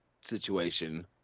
situation